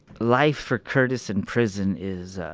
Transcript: life for curtis in prison is,